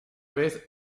vez